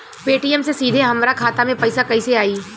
Paytm से सीधे हमरा खाता मे पईसा कइसे आई?